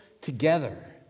together